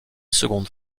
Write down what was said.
seconde